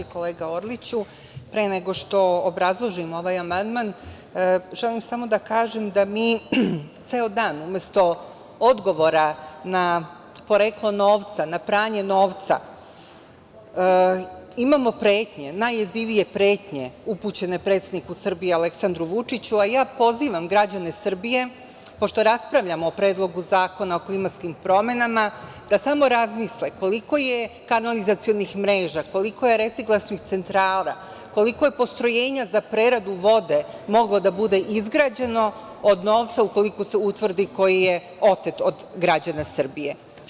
Pre nego što obrazložim ovaj amandman, želim samo da kažem da mi ceo dan umesto odgovora na poreklo novca, na pranje novca, imamo pretnje, najjezivije pretnje upućene predsedniku Srbije Aleksandru Vučiću, a ja pozivam građane Srbije, pošto raspravljamo o Predlogu zakona o klimatskim promenama, da samo razmisle koliko je kanalizacionih mreža, koliko je reciklažnih centara, koliko je postrojenja za preradu vode moglo da bude izgrađeno od novca koji je, ukoliko se utvrdi, otet od građana Srbije?